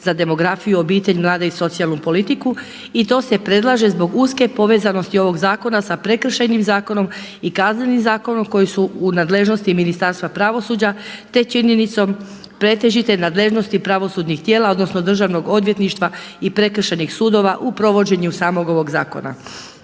za demografiju, obitelj, mlade i socijalnu politiku i to se predlaže zbog uske povezanosti ovog zakona sa Prekršajnim zakonom i Kaznenim zakonom koji su u nadležnosti Ministarstva pravosuđa, te činjenicom pretežite nadležnosti pravosudnih tijela odnosno državnog odvjetništva i prekršajnih sudova u provođenju samog ovog zakona.